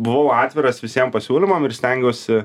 buvau atviras visiem pasiūlymam ir stengiausi